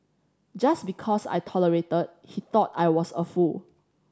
just because I tolerated he thought I was a fool